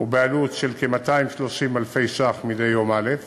בעלות של כ-230,000 שקלים מדי יום א'.